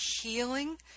healing